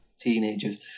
teenagers